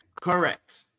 Correct